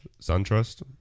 SunTrust